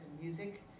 music